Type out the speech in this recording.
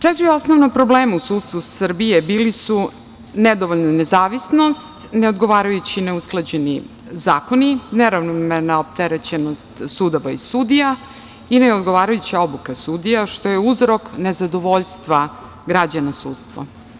Četiri osnovna problema u sudstvu Srbije bili su nedovoljna nezavisnost, neodgovarajući i neusklađeni zakoni, neravnomerna opterećenost sudova i sudija i neodgovarajuća obuka sudija, što je uzrok nezadovoljstva građana sudstva.